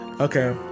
Okay